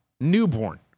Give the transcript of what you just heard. Newborn